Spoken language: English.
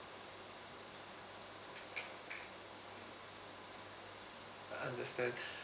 I understand